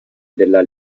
della